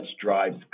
drives